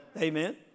Amen